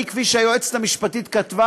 כפי שהיועצת המשפטית כתבה,